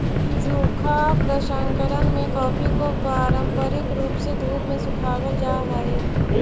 सूखा प्रसंकरण में कॉफी को पारंपरिक रूप से धूप में सुखावाल जा हई